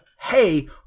hey